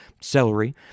Celery